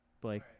Blake